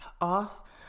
Off